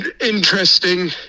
interesting